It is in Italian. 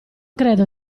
credo